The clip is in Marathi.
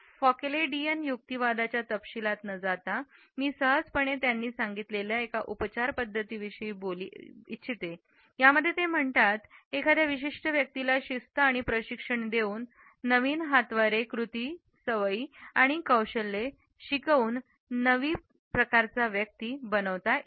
फौकॅलडियन युक्तिवादाच्या तपशीलात न जाता मी सहजपणे त्यांनी सांगितलेल्या एका उपचार पद्धती विषयी बोलू इच्छिते यामध्ये ते म्हणतात एखाद्या विशिष्ट व्यक्तीला शिस्त व प्रशिक्षण देऊन नवीन हातवारे कृती सवयी आणि कौशल्ये शिकवून नवीन प्रकारचा व्यक्ती बनवता येते